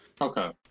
Okay